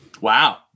Wow